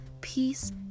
peace